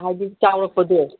ꯍꯥꯏꯗꯤ ꯆꯥꯎꯔꯛꯄꯗꯣ